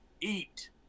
eat